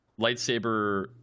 lightsaber